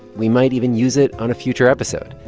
we might even use it on a future episode.